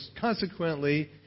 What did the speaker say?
consequently